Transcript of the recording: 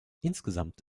insgesamt